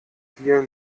hier